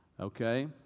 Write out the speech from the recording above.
Okay